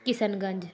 Kishanganj